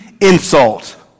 insult